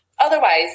Otherwise